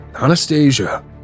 Anastasia